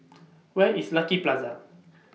Where IS Lucky Plaza